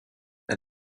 that